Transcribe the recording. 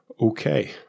okay